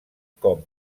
com